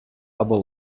або